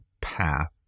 path